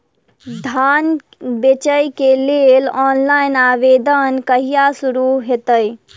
धान बेचै केँ लेल ऑनलाइन आवेदन कहिया शुरू हेतइ?